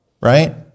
right